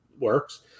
works